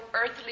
earthly